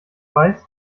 weiß